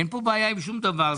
אין כאן עם שום דבר.